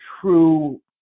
true